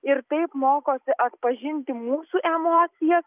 ir taip mokosi atpažinti mūsų emocijas